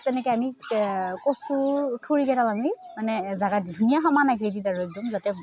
তেনেকৈ আমি কচুৰ মানে জেগাত দি ধুনীয়া সমান একদম যাতে